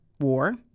war